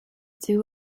two